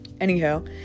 anyhow